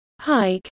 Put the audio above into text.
Hike